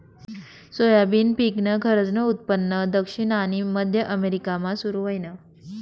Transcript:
soybean पिकनं खरंजनं उत्पन्न दक्षिण आनी मध्य अमेरिकामा सुरू व्हयनं